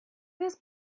this